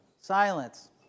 silence